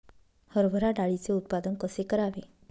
हरभरा डाळीचे उत्पादन कसे करावे?